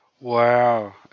Wow